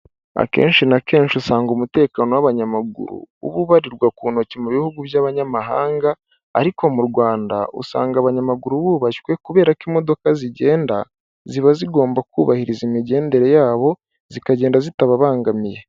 Akenshi na kenshi usanga umutekano w'abanyamaguru uba ubarirwa ku ntoki mu bihugu by'abanyamahanga ariko mu Rwanda usanga abanyamaguru bubashywe kubera ko imodoka zigenda ziba zigomba kubahiriza imigendere y'abo zikagenda zitababangamiye.